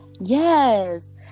Yes